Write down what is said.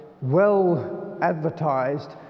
well-advertised